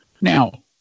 Now